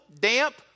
damp